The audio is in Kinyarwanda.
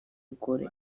ecole